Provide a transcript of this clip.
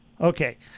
Okay